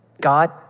God